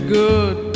good